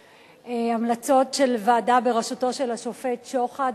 המלצות של ועדה בראשותו של השופט שוחט,